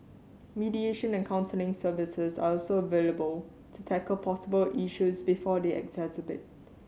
mediation and counselling services are also available to tackle possible issues before they exacerbate